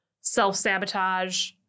self-sabotage